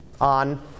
on